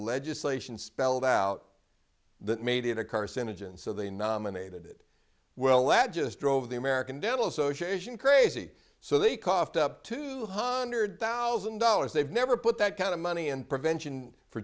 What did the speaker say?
legislation spelled out that made it a carcinogen so they nominated it well that just drove the american dental association crazy so they coughed up two hundred thousand dollars they've never put that kind of money in prevention for